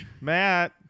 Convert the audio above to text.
Matt